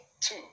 two